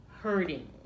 hurting